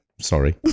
Sorry